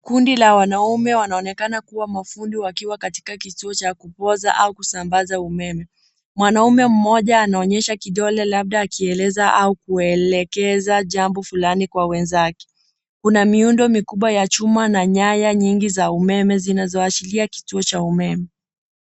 Kundi la wanaume wanaonekana kuwa mafundi wakiwa katika kituo cha kupoza au kusambaza umeme. Mwanaume mmoja anaonyesha kidole labda akieleza au kuelekeza jambo fulani kwa wenzake. Kuna miundo mikubwa ya chuma na nyaya nyingi za umeme zinazoashiria kituo cha umeme.